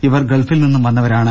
ഇവർ ഗൾഫിൽനിന്നും വന്നവരാണ്